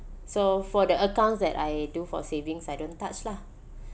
so for the accounts that I do for savings I don't touch lah